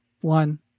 one